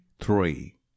Three